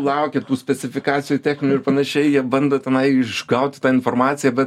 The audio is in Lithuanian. laukia tų specifikacijų techninių ir panašiai jie bando tenai išgauti tą informaciją bet